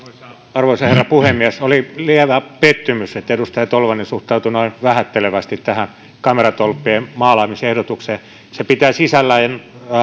arvoisa herra puhemies oli lievä pettymys että edustaja tolvanen suhtautui noin vähättelevästi tähän kameratolppien maalaamisehdotukseen se pitää sisällään sen